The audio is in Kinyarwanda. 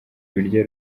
birya